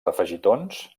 afegitons